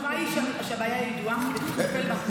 התשובה היא שהבעיה ידועה וצריך לטפל בה.